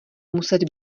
muset